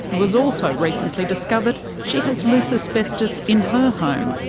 who has also recently discovered she has loose asbestos in her home.